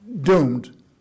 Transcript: doomed